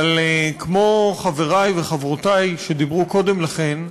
אבל כמו חברי וחברותי שדיברו קודם לכן,